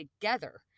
together